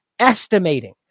estimating